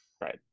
Right